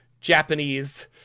Japanese